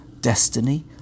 destiny